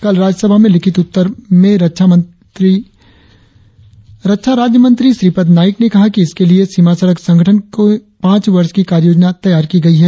कल राज्य सभा में लिखित उत्तर में रक्षा राज्य मंत्री श्रीपद नाइक ने कहा कि इसके लिए सीमा सड़क संगठन की पांच वर्ष की कार्य योजना तैयार की गई है